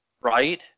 Right